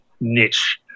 niche